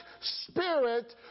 spirit